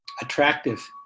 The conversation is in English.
attractive